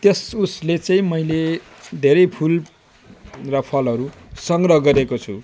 त्यस उसले चाहिँ मैले धेरै फुल र फलहरू सङ्ग्रह गरेको छु